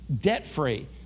debt-free